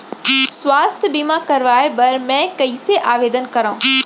स्वास्थ्य बीमा करवाय बर मैं कइसे आवेदन करव?